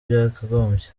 byakagombye